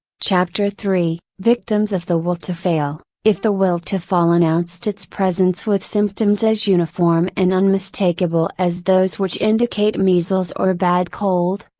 chapter three victims of the will to fail if the will to fall announced its presence with symptoms as uniform and unmistakable as those which indicate measles or a bad cold,